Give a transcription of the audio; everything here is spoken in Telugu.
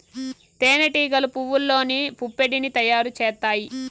తేనె టీగలు పువ్వల్లోని పుప్పొడిని తయారు చేత్తాయి